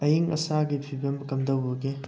ꯑꯏꯪ ꯑꯁꯥꯒꯤ ꯐꯤꯕꯝ ꯀꯝꯗꯧꯕꯒꯦ